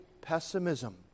pessimism